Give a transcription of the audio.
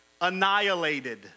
annihilated